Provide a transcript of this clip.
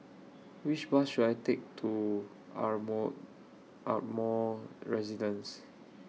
Which Bus should I Take to Ardmore Ardmore Residence